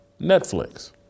Netflix